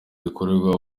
rikorerwa